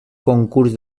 concurs